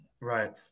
Right